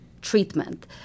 treatment